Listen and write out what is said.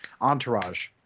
entourage